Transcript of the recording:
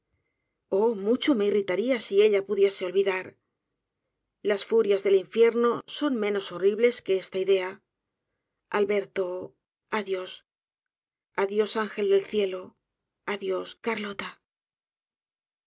oh mucho me irritaría si ella pudiese olvidar las furias del infierno son menos horribles que esta idea alberto adiós adiós ángel del cielo adiós carlota